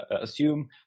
assume